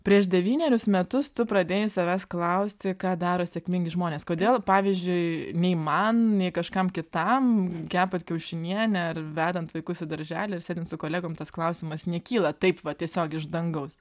prieš devynerius metus tu pradėjai savęs klausti ką daro sėkmingi žmonės kodėl pavyzdžiui nei man nei kažkam kitam kepant kiaušinienę ar vedant vaikus į darželį ar sėdint su kolegom tas klausimas nekyla taip va tiesiog iš dangaus